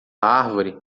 árvore